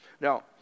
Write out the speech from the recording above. Now